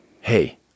hey